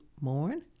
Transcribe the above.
mourn